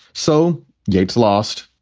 so gates lost.